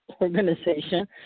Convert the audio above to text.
Organization